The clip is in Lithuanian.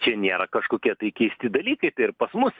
čia nėra kažkokie tai keisti dalykai tai ir pas mus